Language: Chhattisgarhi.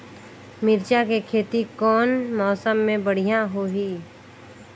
मिरचा के खेती कौन मौसम मे बढ़िया होही?